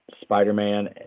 Spider-Man